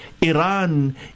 iran